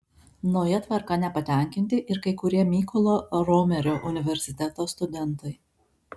nauja tvarka nepatenkinti ir kai kurie mykolo romerio universiteto studentai